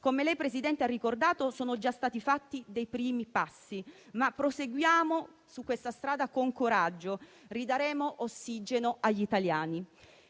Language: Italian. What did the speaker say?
Come lei ha ricordato, Presidente, sono già stati fatti dei primi passi, ma proseguiamo su questa strada con coraggio: ridaremo ossigeno agli italiani.